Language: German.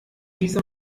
diese